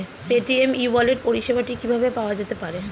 Paytm e wallet পরিষেবাটি কিভাবে পাওয়া যেতে পারে?